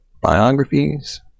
biographies